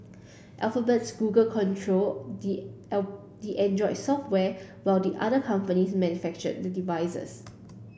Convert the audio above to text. Alphabet's Google controls the the Android software while the other companies manufacture the devices